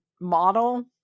model